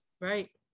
right